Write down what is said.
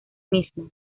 mismo